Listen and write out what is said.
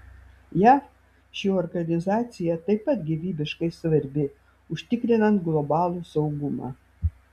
jav ši organizacija taip pat gyvybiškai svarbi užtikrinant globalų saugumą